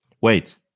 Wait